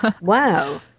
Wow